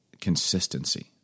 consistency